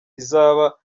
izaba